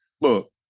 look